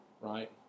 right